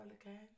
again